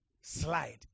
slide